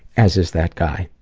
as is that guy. ah,